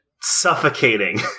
suffocating